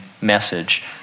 message